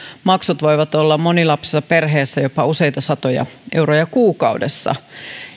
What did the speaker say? maksut voivat olla monilapsisessa perheessä jopa useita satoja euroja kuukaudessa